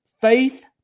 faith